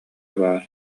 баар